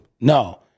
No